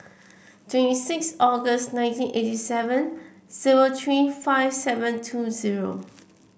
twenty six August nineteen eighty seven seven three five seven two zero